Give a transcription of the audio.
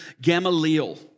Gamaliel